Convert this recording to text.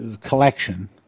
collection